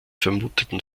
vermuteten